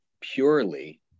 purely